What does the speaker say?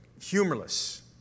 humorless